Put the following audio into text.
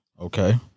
Okay